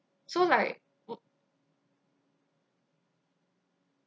so like w~